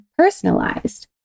personalized